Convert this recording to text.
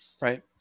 Right